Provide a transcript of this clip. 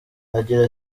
agira